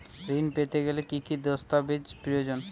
ঋণ পেতে গেলে কি কি দস্তাবেজ প্রয়োজন?